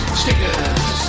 stickers